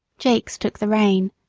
jakes took the rein.